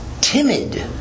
timid